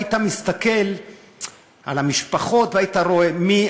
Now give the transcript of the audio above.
היית מסתכל על המשפחות והיית רואה מי